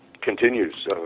continues